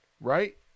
right